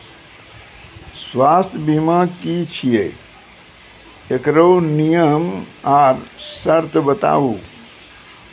स्वास्थ्य बीमा की छियै? एकरऽ नियम आर सर्त बताऊ?